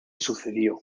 sucedió